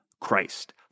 Christ